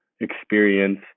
experience